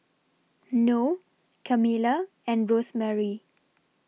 Noe Camilla and Rosemarie